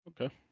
Okay